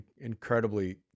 incredibly